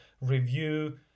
review